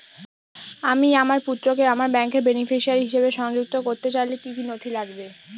আমি আমার পুত্রকে আমার ব্যাংকের বেনিফিসিয়ারি হিসেবে সংযুক্ত করতে চাইলে কি কী নথি লাগবে?